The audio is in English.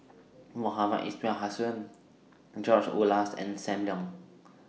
Mohamed Ismail Hussain George Oehlers and SAM Leong